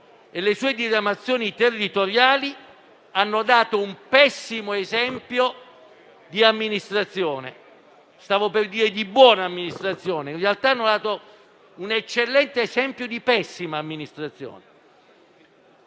le sue diramazioni territoriali hanno dato un pessimo esempio di amministrazione; stavo per dire di buona amministrazione, ma in realtà hanno dato un eccellente esempio di pessima amministrazione.